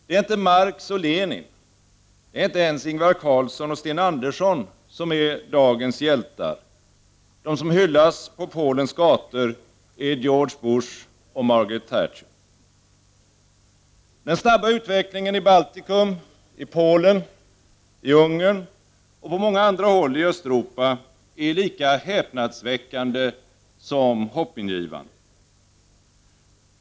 Det är inte Marx och Lenin, det är inte ens Ingvar Carlsson och Sten Andersson, som är dagens hjältar — de som hyllas på Polens gator är George Bush och Margaret Thatcher. Den snabba utvecklingen i Baltikum, i Polen, i Ungern och på många andra håll i Östeuropa är lika häpnadsväckande som hoppingivande.